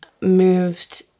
moved